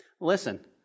Listen